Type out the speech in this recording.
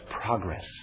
progress